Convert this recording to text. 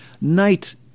night